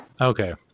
Okay